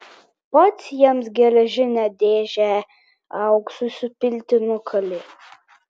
pats jiems geležinę dėžę auksui supilti nukalė